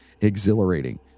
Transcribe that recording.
exhilarating